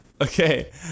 Okay